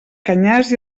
canyars